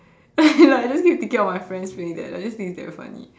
like I just keep thinking of my friends doing that I just think that it's damn funny